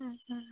ആ ആ